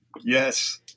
Yes